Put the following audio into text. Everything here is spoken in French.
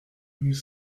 huit